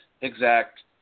exact